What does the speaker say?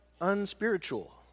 unspiritual